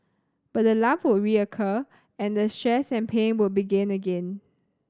but the lump would reoccur and the stress and pain would begin again